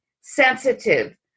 sensitive